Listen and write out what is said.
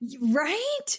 Right